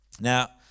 Now